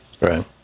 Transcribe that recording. Right